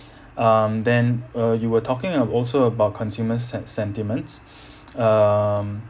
um then uh you were talking uh also about consumers sen~ sentiments um